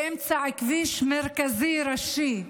באמצע כביש מרכזי, ראשי,